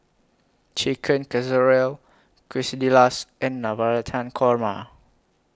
Chicken Casserole Quesadillas and Navratan Korma